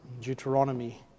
Deuteronomy